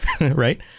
right